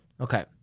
Okay